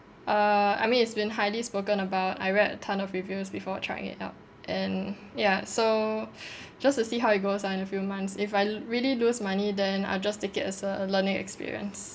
err I mean it's been highly spoken about I read a ton of reviews before trying it out and ya so just to see how it goes ah in a few months if I really lose money then I'll just take it as a learning experience